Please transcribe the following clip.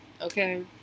okay